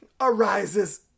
arises